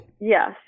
Yes